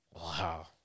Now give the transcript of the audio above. Wow